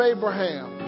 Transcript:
Abraham